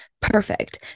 Perfect